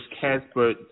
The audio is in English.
Casper